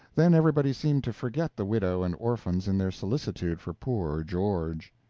then everybody seemed to forget the widow and orphans in their solicitude for poor george.